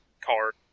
card